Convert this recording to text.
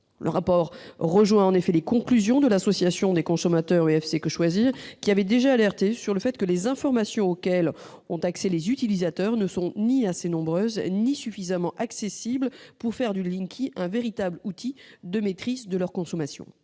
Ils rejoignent en cela les conclusions de l'association de consommateurs UFC-Que Choisir, laquelle avait déjà alerté sur le fait que les informations auxquelles auront accès les utilisateurs n'étaient ni assez nombreuses ni suffisamment accessibles pour faire du compteur Linky un véritable outil de maîtrise de consommation.